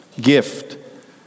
gift